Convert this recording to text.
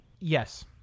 Yes